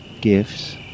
gifts